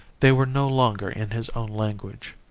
they were no longer in his own language.